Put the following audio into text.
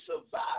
survive